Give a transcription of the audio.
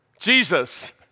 Jesus